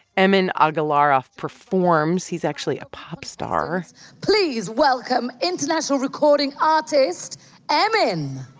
emin agalarov performs. he's actually a pop star please welcome international recording artist emin